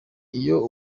iyo